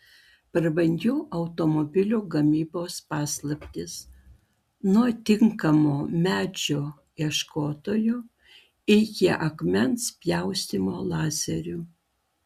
prabangių automobilių gamybos paslaptys nuo tinkamo medžio ieškotojų iki akmens pjaustymo lazeriu